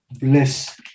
bless